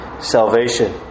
salvation